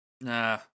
Nah